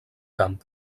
camp